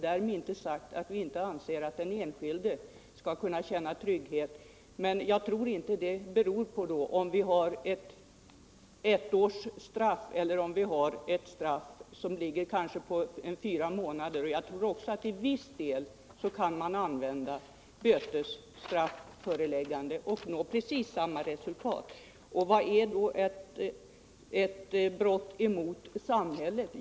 Därmed är inte sagt att vi anser att den enskilde inte skall kunna känna trygghet. Jag tror emellertid inte att detta är beroende av om vi har ett ettårigt straff eller ett straff på kanske fyra månader. Jag tror också att man i viss utsträckning kan använda ett bötesstrafföreläggande och nå precis samma resultat. Vad är då ett brott mot samhället?